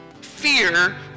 Fear